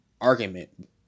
argument